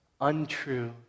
untrue